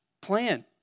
plan